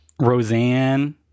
roseanne